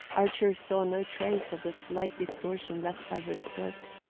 archer saw no trace of the slight distortion left by her stroke.